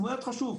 הוא באמת חושב,